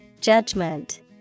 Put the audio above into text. Judgment